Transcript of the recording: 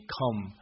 come